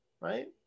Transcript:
right